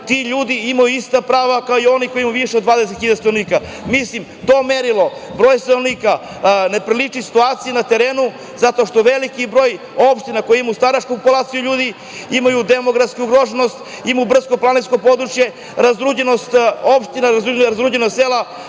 ti ljudi imaju ista prava kao i oni koji imaju više od 20 hiljada stanovnika. To merilo, broj stanovnika ne priliči situaciji na terenu zato što veliki broj opština koje imaju staračku populaciju ljudi imaju demografsku ugroženost, imamo brdsko-planinsko područje, razuđenost opština, razuđenost sela.